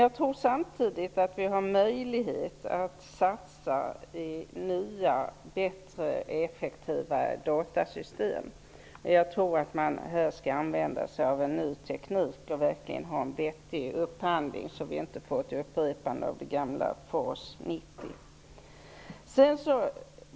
Jag tror samtidigt att man har möjlighet att satsa på nya, bättre och effektivare datasystem, att man skall använda sig av ny teknik och göra en vettig upphandling, så att det inte blir en upprepning av det gamla FAS 90.